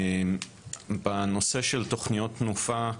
בנושא של תוכניות תנופה,